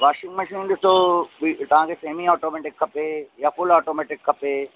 washing machine ॾिसो तव्हांखे semi automatic खपे या फुल ऑटोमैटिक खपे